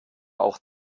auch